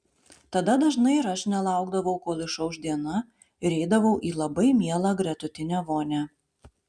tada dažnai ir aš nelaukdavau kol išauš diena ir eidavau į labai mielą gretutinę vonią